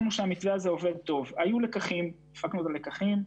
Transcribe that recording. כפי שאמרה חברת הכנסת אורלי פרומן שהיא שותפה מלאה איתנו להרבה דברים,